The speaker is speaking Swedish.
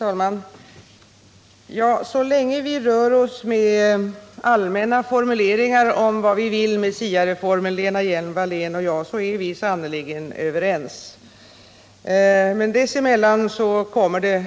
Herr talman! Så länge Lena Hjelm-Wallén och jag rör oss med allmänna formuleringar om vad vi vill med SIA-reformen är vi sannerligen överens. Men dessemellan kommer det,